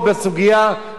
ברמה בין-לאומית.